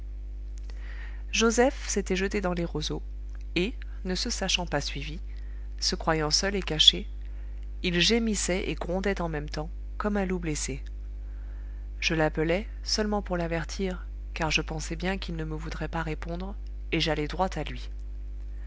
joseph s'était jeté dans les roseaux et ne se sachant pas suivi se croyant seul et caché il gémissait et grondait en même temps comme un loup blessé je l'appelai seulement pour l'avertir car je pensais bien qu'il ne me voudrait pas répondre et j'allai droit à lui